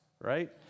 right